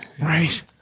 Right